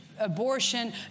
Abortion